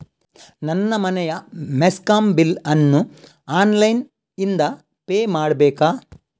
ನನ್ನ ಮನೆಯ ಮೆಸ್ಕಾಂ ಬಿಲ್ ಅನ್ನು ಆನ್ಲೈನ್ ಇಂದ ಪೇ ಮಾಡ್ಬೇಕಾ?